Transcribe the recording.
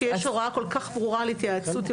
כשיש הוראה כל כך ברורה להתייעצות עם